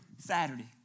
Saturday